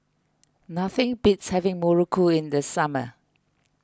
nothing beats having Muruku in the summer